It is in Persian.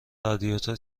رادیاتور